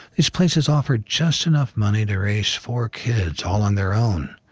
these places offer just enough money to raise four kids all on their own,